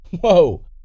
Whoa